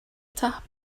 tap